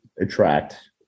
attract